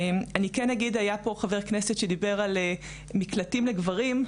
היה פה חבר כנסת שדיבר על מקלטים לגברים,